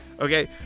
Okay